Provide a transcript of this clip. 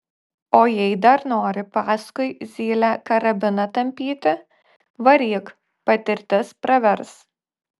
o jei dar nori paskui zylę karabiną tampyti varyk patirtis pravers